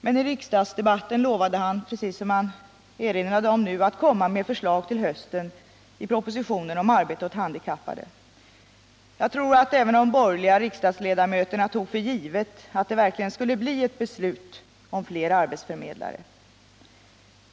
Men i riksdagsdebatten lovade han, precis som han erinrade om nu, att komma med förslag till hösten i propositionen om arbete åt handikappade. Jag tror att även de borgerliga riksdagsledamöterna tog för givet att det verkligen skulle bli ett beslut om fler arbetsförmedlare.